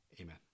Amen